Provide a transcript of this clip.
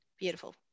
Beautiful